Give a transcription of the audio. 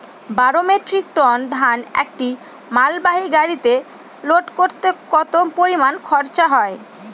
বারো metric tonne ধান একটি মালবাহী গাড়িতে লোড করতে কতো পরিমাণ খরচা হয়?